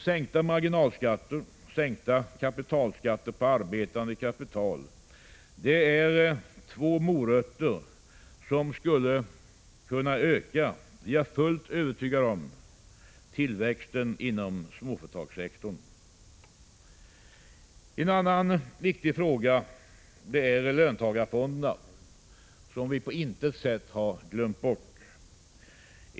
Sänkta marginalskatter och sänkta kapitalskatter på arbetande kapital är två morötter som — det är jag fullt övertygad om — skulle kunna öka tillväxten inom småföretagssektorn. En annan viktig fråga är löntagarfonderna, som vi på intet sätt glömt bort.